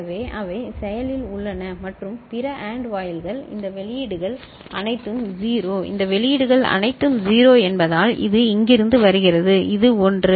எனவே அவை செயலில் உள்ளன மற்றும் பிற AND வாயில்கள் இந்த வெளியீடுகள் அனைத்தும் 0 இந்த வெளியீடுகள் அனைத்தும் 0 என்பதால் இது இங்கிருந்து வருகிறது இது 1